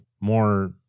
more